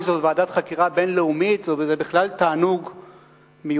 אם זאת ועדת חקירה בין-לאומית זה בכלל תענוג מיוחד.